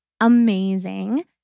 amazing